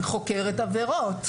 היא חוקרת עבירות.